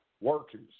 workers